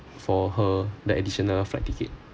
for her the additional flight ticket